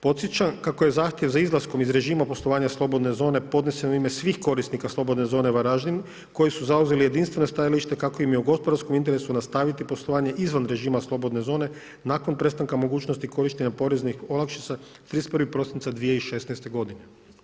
Podsjećam kako je zahtjev za izlaskom iz režima poslovanja slobodne zone podnesen u ime svih korisnika slobodne zone Varaždin koji su zauzeli jedinstveno stajalište kako im je u gospodarskom interesu nastaviti poslovanje izvan režima slobodne zone nakon prestanka mogućnosti prestanka mogućnosti korištenja poreznih olakšica 31. prosinca 2016. godine.